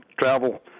travel